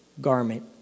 garment